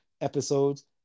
episodes